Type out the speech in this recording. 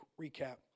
recap